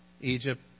Egypt